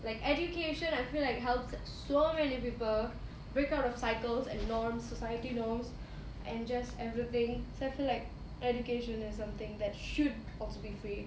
like education I feel like helps so many people break out of cycles and norms society norms and just everything so I feel like education is something that should also be free